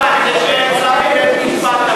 כך את מאשימה גם את בתי-המשפט,